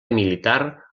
militar